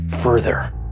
further